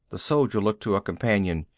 the soldier looked to a companion.